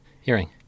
hearing